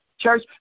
church